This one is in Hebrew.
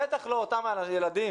בטח לא אותם ילדים